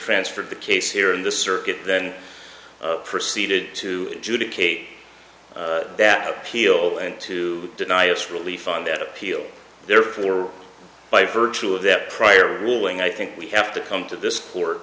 transferred the case here in the circuit then proceeded to judith cate that appeal and to deny us relief on that appeal therefore by virtue of that prior ruling i think we have to come to this